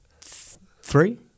Three